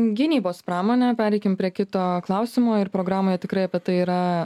gynybos pramonė pereikim prie kito klausimo ir programoje tikrai apie tai yra